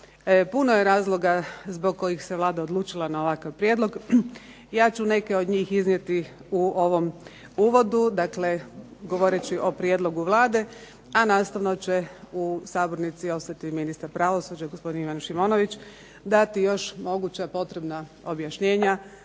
Puno je razloga zbog kojih se Vlada odlučila na ovakav prijedlog. Ja ću neke od njih iznijeti u ovom uvodu, dakle govoreći o prijedlogu Vlade, a nastavno će u sabornici ostati ministar pravosuđa, gospodin Ivan Šimonović i dati još moguća potrebna objašnjenja,